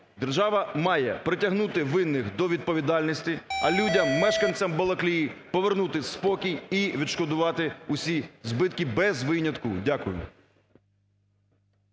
держава має притягнути винних до відповідальності, а людям, мешканцям Балаклії, повернути спокій і відшкодувати усі збитки без винятку. Дякую.